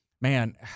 man